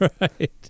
right